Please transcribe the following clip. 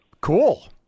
Cool